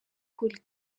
kul